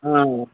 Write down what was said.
অ